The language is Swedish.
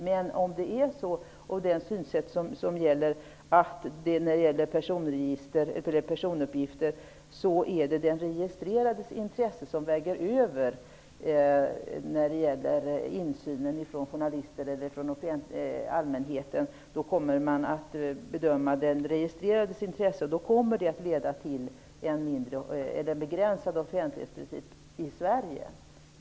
Men om det synsättet gäller att den registrerades intresse väger över när det gäller personuppgifter, i samband med insyn från journalister eller allmänheten, kommer man att gå efter den registrerades intresse. Det kommer att leda till en begränsad offentlighetsprincip i Sverige.